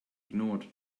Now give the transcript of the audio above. ignored